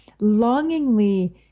longingly